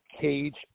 cage